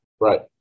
Right